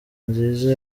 nziza